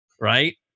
Right